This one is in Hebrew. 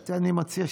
אני מציע שתפתח.